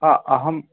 अहम्